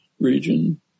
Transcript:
region